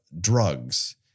drugs